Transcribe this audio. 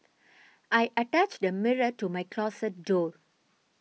I attached a mirror to my closet door